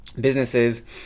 businesses